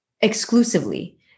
exclusively